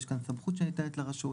יש כאן סמכות שניתנת לרשות,